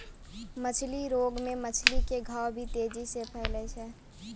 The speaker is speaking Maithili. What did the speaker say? मछली रोग मे मछली के घाव भी तेजी से फैलै छै